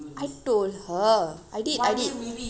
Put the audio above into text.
I told her I did I did